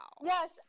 Yes